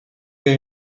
jej